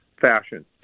fashion